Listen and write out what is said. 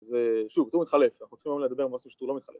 זה שהוא מתחלף אנחנו צריכים לדבר עם משהו שהוא לא מתחלף